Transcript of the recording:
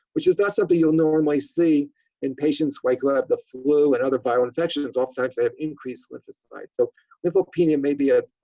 which is not something you'll normally see in patients like who have the flu and other viral infections. often times they have increased lymphocytes. so lymphopenia may be a